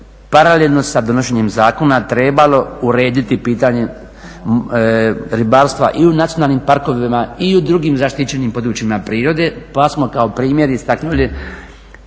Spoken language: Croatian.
paralelno sa donošenjem zakona trebalo urediti pitanje ribarstva i u nacionalnim parkovima i u drugim zaštićenim područjima prirode, pa smo kao primjer istaknuli